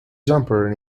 jumper